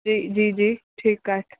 जी जी जी ठीकु आहे